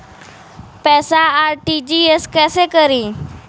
पैसा आर.टी.जी.एस कैसे करी?